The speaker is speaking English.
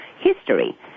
history